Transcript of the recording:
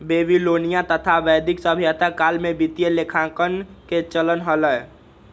Babylonian तथा वैदिक सभ्यता काल में वित्तीय लेखांकन के चलन हलय